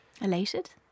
Elated